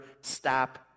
stop